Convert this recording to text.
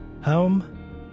home